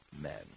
men